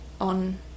on